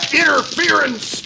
interference